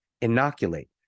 inoculate